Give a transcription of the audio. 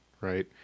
right